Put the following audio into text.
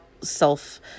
self